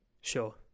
Sure